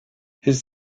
his